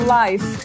life